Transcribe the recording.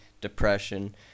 depression